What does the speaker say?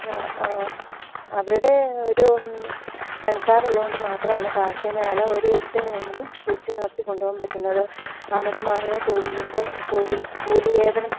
അവരുടെ ഒരു പണിക്കാരുള്ളതു കൊണ്ട് മാത്രമാണ് കാർഷിക മേഖല ഒരു വിധത്തിലെങ്കിലും പിടിച്ചു നിർത്തി കൊണ്ടു പോകാൻ പറ്റുന്നത് അമിതമായ തൊഴിലിൻ്റെ തൊഴിൽ കൂലി വേദനം